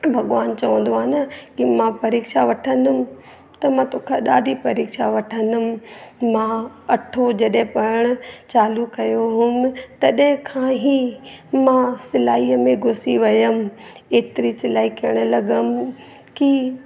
भॻवानु चवंदो आहे न कि मां परीक्षा वठंदुमि त मां तो खां ॾाढी परीक्षा वठंदुमि मां अठो जॾहिं पढ़णु चालू कयो हुयमि तॾहिं खां ई मां सिलाईअ में घुसी वियमि एतिरी सिलाई करण लॻियमि कि